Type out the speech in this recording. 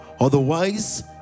Otherwise